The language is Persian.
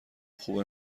خوبه